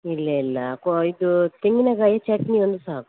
ಇಲ್ಲ ಇಲ್ಲ ಕೊ ಇದು ತೆಂಗಿನಕಾಯಿಯ ಚಟ್ನಿ ಒಂದು ಸಾಕು